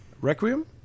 Requiem